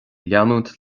leanúint